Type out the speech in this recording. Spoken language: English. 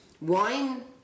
Wine